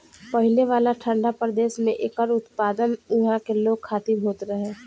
पहिले वाला ठंडा प्रदेश में एकर उत्पादन उहा के लोग खातिर होत रहे